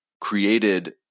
created